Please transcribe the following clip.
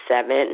seven